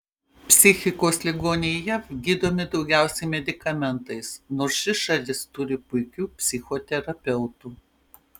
psichikos ligoniai jav gydomi daugiausiai medikamentais nors ši šalis turi puikių psichoterapeutų